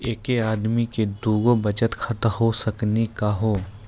एके आदमी के दू गो बचत खाता हो सकनी का हो?